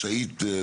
בסוף סעיף 62,